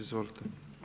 Izvolite.